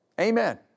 Amen